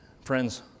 friends